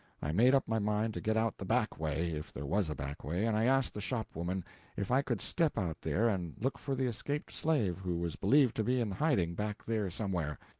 i made up my mind to get out the back way, if there was a back way, and i asked the shopwoman if i could step out there and look for the escaped slave, who was believed to be in hiding back there somewhere,